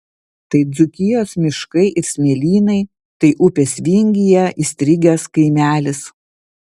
tai dzūkijos miškai ir smėlynai tai upės vingyje įstrigęs kaimelis